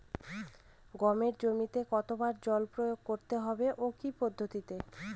গমের জমিতে কতো বার জল প্রয়োগ করতে হবে ও কি পদ্ধতিতে?